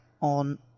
on